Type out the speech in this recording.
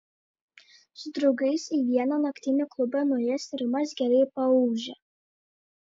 su draugais į vieną naktinį klubą nuėjęs rimas gerai paūžė